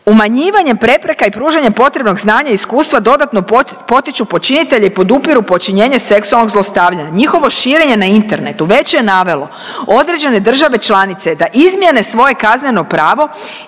Umanjivanjem prepreka i pružanjem potrebnog znanja i iskustva dodatno potiču počinitelje i podupiru počinjenje seksualnog zlostavljanja. Njihovo širenje na internetu već je navelo određene države članice da izmjene svoje kazneno pravo